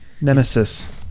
Nemesis